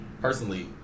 personally